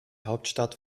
hauptstadt